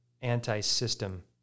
anti-system